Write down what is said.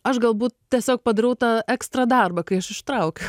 aš galbūt tiesiog padarau tą ekstra darbą kai aš ištraukiu